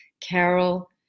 Carol